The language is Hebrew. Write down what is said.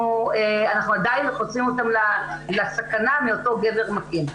אנחנו עדיין -- אותן לסכנה מאותו גבר מכה.